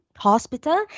Hospital